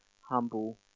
humble